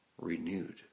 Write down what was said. renewed